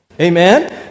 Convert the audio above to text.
Amen